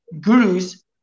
gurus